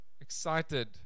excited